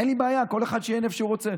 אין לי בעיה, כל אחד שיהיה איפה שהוא רוצה.